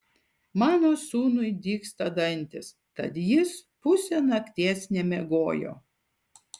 mano sūnui dygsta dantys tad jis pusę nakties nemiegojo